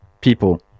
people